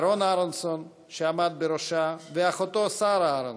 אהרן אהרונסון, שעמד בראשה, ואחותו שרה אהרונסון,